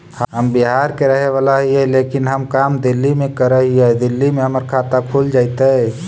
हम बिहार के रहेवाला हिय लेकिन हम काम दिल्ली में कर हिय, दिल्ली में हमर खाता खुल जैतै?